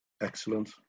Excellent